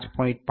5 છે મેં 1